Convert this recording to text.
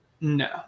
No